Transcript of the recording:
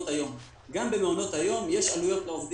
שושנה, על מי עוד יחולו התקנות